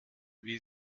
wie